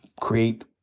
create